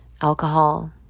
Alcohol